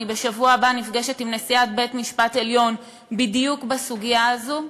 בשבוע הבא אני נפגשת עם נשיאת בית-המשפט העליון בדיוק בסוגיה הזו.